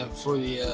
um for the